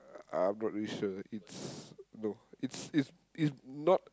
uh I'm not really sure it's no it's it's it's not